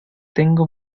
tengo